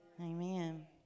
Amen